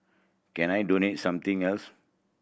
can I donate something else